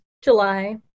july